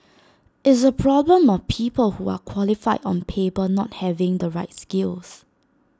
it's A problem of people who are qualified on paper not having the right skills